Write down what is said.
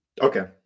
Okay